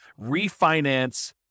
refinance